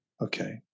okay